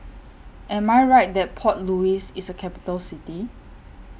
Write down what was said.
Am I Right that Port Louis IS A Capital City